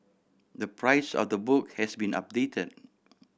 the price of the book has been updated